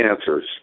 answers